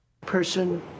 Person